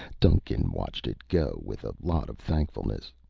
duncan watched it go with a lot of thankfulness.